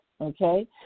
okay